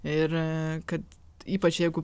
ir kad ypač jeigu